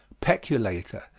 peculator,